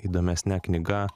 įdomesne knyga